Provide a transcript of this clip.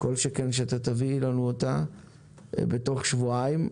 כל שכן שאתה תביא לנו אותה בתוך שבועיים.